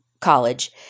college